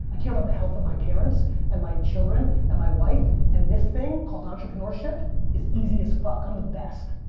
i care about the health of my parents and my children and my wife and this thing called entrepreneurship is easy as fuck. i'm the best.